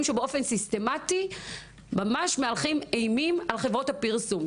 שבאופן סיסטמתי ממש מהלכים אימים על חברות הפרסום.